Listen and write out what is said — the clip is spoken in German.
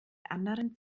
anderen